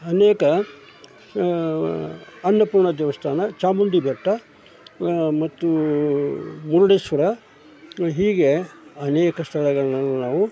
ಅನೇಕ ಅನ್ನಪೂರ್ಣ ದೇವಸ್ಥಾನ ಚಾಮುಂಡಿ ಬೆಟ್ಟ ಮತ್ತು ಮುರುಡೇಶ್ವರ ಹೀಗೆ ಅನೇಕ ಸ್ಥಳಗಳನ್ನೆಲ್ಲ ನಾವು